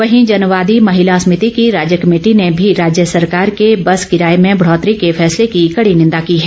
वहीं जनवादी महिला समिति की राज्य कमेटी ने भी राज्य सरकार के बस किराए में बढ़ोतरी के फैसले की कड़ी निंदा की है